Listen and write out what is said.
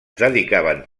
dedicaven